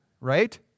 right